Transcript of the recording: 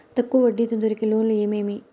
తక్కువ వడ్డీ తో దొరికే లోన్లు ఏమేమి